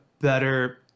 better